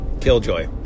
killjoy